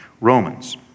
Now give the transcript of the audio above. Romans